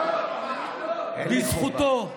בזכותו,